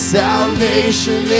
salvation